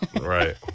Right